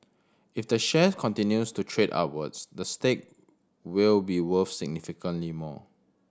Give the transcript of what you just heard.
if the share continues to trade upwards the stake will be worth significantly more